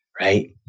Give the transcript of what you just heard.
right